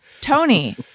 Tony